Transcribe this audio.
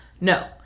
No